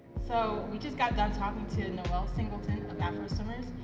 so, we just got done talking to noelle singleton of afroswimmers.